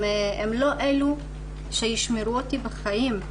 הם לא אלה שישמרו אותי בחיים.